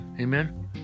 Amen